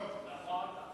נכון.